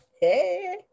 hey